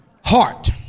heart